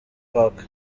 park